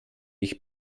ich